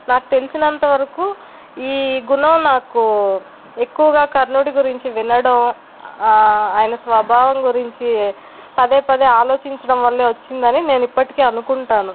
నాకు తెలిసినంత వరకు ఈ గుణం నాకు ఎక్కువగా కర్ణుడి గురించి వినడం ఆయన స్వభావం గురించి పదే పదే ఆలోచించడం వల్లే వచ్చిందని నేను ఇప్పటికీ అనుకుంటాను